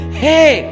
hey